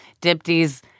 Dipti's